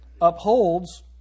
upholds